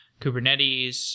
Kubernetes